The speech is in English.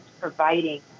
providing